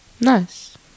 Nice